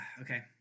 Okay